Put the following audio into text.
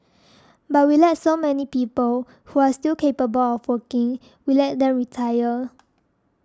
but we let so many people who are still capable of working we let them retire